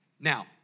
now